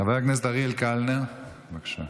חבר הכנסת אריאל קלנר, בבקשה.